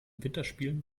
winterspielen